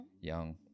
Young